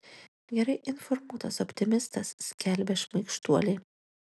gerai informuotas optimistas skelbia šmaikštuoliai